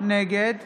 נגד